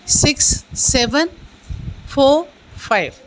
six seven four five